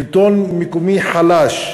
שלטון מקומי חלש,